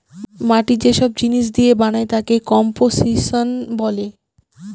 মাটি যে সব জিনিস দিয়ে বানায় তাকে কম্পোসিশন বলে